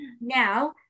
now